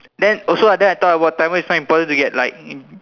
then also then I thought about Tamil is fine important to get like